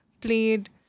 played